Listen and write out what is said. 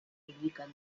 indican